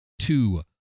two